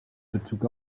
bezug